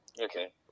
Okay